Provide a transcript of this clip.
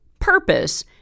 purpose